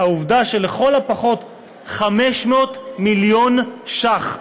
העובדה שלכל הפחות 500 מיליון ש"ח,